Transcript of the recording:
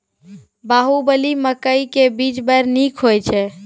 बाहुबली मकई के बीज बैर निक होई छै